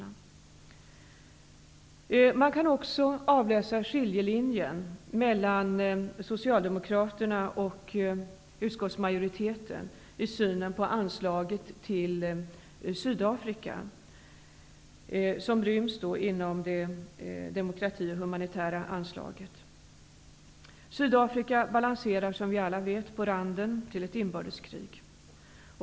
Skiljelinjen mellan utskottsmajoriteten och oss socialdemokrater kan man också avläsa i vår syn på anslaget till Sydafrika, vilket ryms inom anslaget till demokrati och mänskliga rättigheter. Sydafrika balanserar som vi alla vet på randen till inbördeskrig.